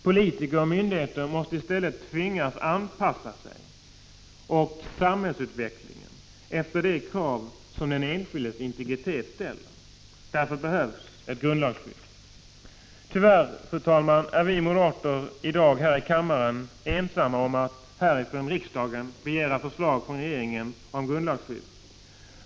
Politiker och myndigheter måste i stället tvingas att anpassa sig och samhällsutvecklingen efter de krav som den enskildes integritet ställer. Därför behövs ett grundlagsskydd. Tyvärr, fru talman, är vi moderater i dag här i kammaren ensamma om kravet att riksdagen skall begära förslag från regeringen om grundlagsskydd för integriteten.